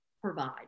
provide